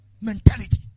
mentality